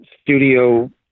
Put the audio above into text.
studio